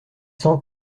cent